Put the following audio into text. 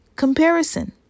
comparison